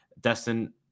Destin